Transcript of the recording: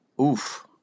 Oof